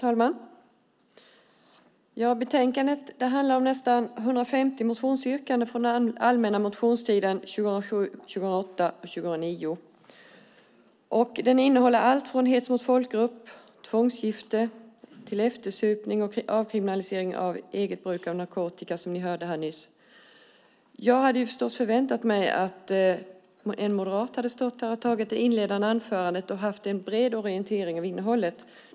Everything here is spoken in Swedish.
Herr talman! Betänkandet behandlar nästan 150 motionsyrkanden från de allmänna motionstiderna 2007, 2008 och 2009. Det innehåller allt från hets mot folkgrupp och tvångsgifte till eftersupning och avkriminalisering av eget bruk av narkotika, som ni hörde här nyss. Jag hade förstås förväntat mig att en moderat skulle stå i talarstolen och hålla det inledande anförandet med en bred orientering om innehållet.